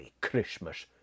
Christmas